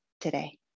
today